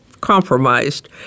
compromised